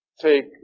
take